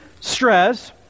stress